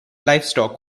livestock